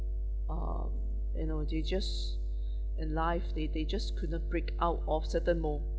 uh you know they just in life they they just could not break out of certain mo~